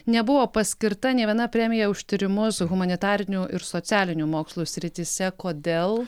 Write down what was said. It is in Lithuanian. nebuvo paskirta nė viena premija už tyrimus humanitarinių ir socialinių mokslų srityse kodėl